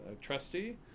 trustee